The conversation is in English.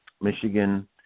Michigan